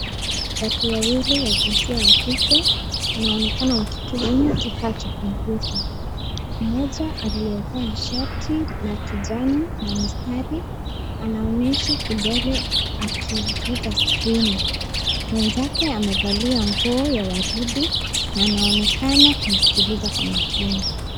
Watu Wawili wa jinsia ya kike wanaonekana wakitumia kifaa cha kompyuta. Mmoja aliye vaa shati la kijani na mistari anaonyesha kidole akiguza skrini. Mwenzake amevalia nguo ya waridi na anaonekana kusikiliza kwa makini.